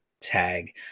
tag